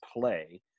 play